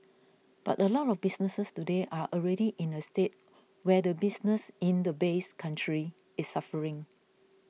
but a lot of businesses today are already in a state where the business in the base country is suffering